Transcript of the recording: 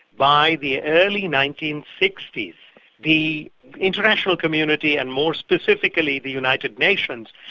by the early nineteen sixty s the international community and more specifically the united nations,